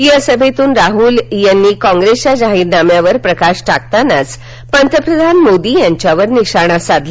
या सभेतून राहूल यांनी काँप्रेसच्या जाहीरनाम्यावर प्रकाश टाकतानाच पंतप्रधान मोदींवर निशाणा साधला